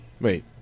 Wait